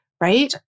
Right